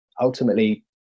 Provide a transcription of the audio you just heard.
ultimately